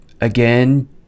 again